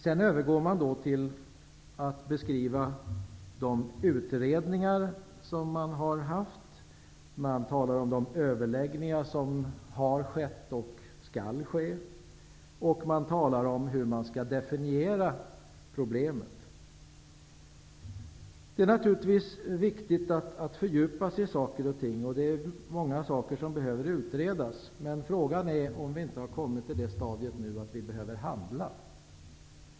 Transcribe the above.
Sedan övergår utskottet till att beskriva de utredningar som har gjorts. Man talar om de överläggningar som har skett och som skall ske. Man talar om hur problemet skall definieras. Det är naturligtvis viktigt att fördjupa sig i saker och ting. Det är många saker som behöver utredas. Men frågan är om vi inte har kommit till det stadiet att vi behöver handla.